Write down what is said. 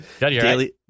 Daily